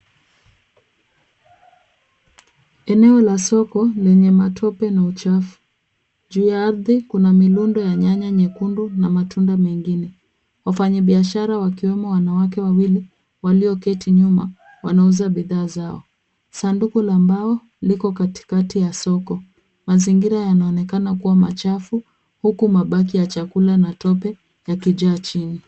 Eneo la soko lenye matope na uchafu. Juu ya ardhi kuna milundo ya nyanya nyekundu na matunda mengine. Wafanyabiashara, wakiwemo wanawake wawili walioketi nyuma, wanauza bidhaa zao. Sanduku la mbao liko katikati ya soko. Mazingira yanaonekana kuwa machafu huku mabaki ya chakula na tope yakijaa chini.